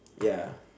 ya